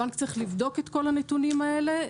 הבנק צריך לבדוק את כל הנתונים האלה,